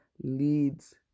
leads